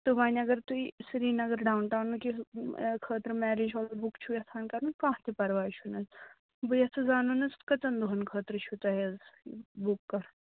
تہٕ وۄنۍ اگر تُہۍ سرینگر ڈاوُن ٹاوُنکہِ خٲطرٕ مٮ۪ریج ہال بُک چھُو یَژھان کَرُن کانٛہہ تہِ پرواے چھُنہٕ حظ بہٕ یَژھٕ زانُن حظ کٔژَن دۄہَن خٲطرٕ چھُو تۄہہِ حظ بُک کَرُن